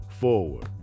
forward